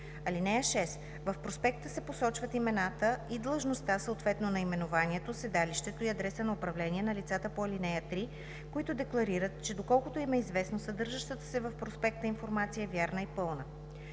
ал. 3. (6) В проспекта се посочват имената и длъжността, съответно наименованието, седалището и адресът на управление, на лицата по ал. 3, които декларират, че доколкото им е известно, съдържащата се в проспекта информация е вярна и пълна.